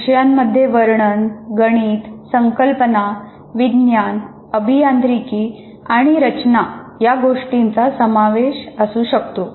विषयांमध्ये वर्णन गणित संकल्पना विज्ञान अभियांत्रिकी आणि रचना या गोष्टींचा समावेश असू शकतो